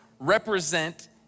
represent